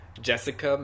Jessica